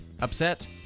Upset